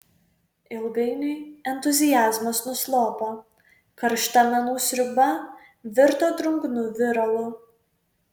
ilgainiui entuziazmas nuslopo karšta menų sriuba virto drungnu viralu